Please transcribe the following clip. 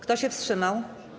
Kto się wstrzymał?